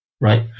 right